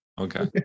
Okay